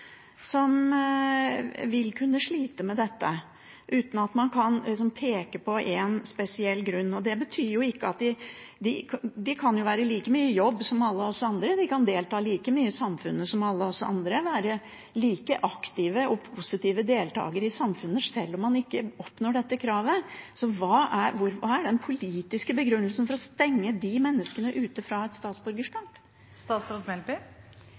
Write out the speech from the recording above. som vil kunne slite med dette, uten at man kan peke på en spesiell grunn? De kan jo være like mye i jobb som alle oss andre. De kan delta like mye i samfunnet som alle oss andre – være like aktive og positive deltakere i samfunnet sjøl om de ikke oppfyller dette kravet. Så hva er den politiske begrunnelsen for å stenge de menneskene ute fra et statsborgerskap?